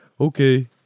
okay